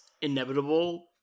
inevitable